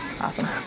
Awesome